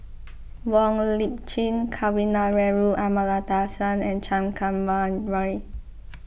Wong Lip Chin Kavignareru Amallathasan and Chan Kum Wah Roy